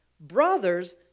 brothers